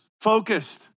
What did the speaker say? focused